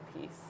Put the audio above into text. piece